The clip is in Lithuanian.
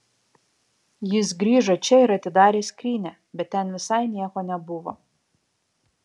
jis grįžo čia ir atidarė skrynią bet ten visai nieko nebuvo